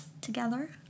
together